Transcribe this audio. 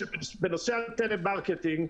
בנושא הטלמרקטינג,